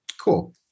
Cool